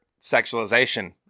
sexualization